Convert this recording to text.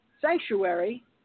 Sanctuary